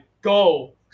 go